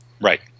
Right